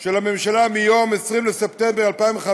של הממשלה, מיום 20 בספטמבר 2015,